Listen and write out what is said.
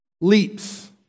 leaps